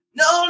no